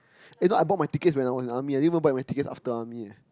eh you know I bought my tickets when I was in army leh I didn't even buy my tickets after army eh